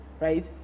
right